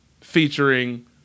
featuring